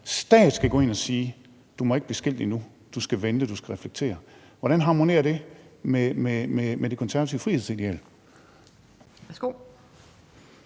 stat skal gå ind og sige: Du må ikke blive skilt endnu; du skal vente; du skal reflektere. Hvordan harmonerer det med det konservative frihedsideal?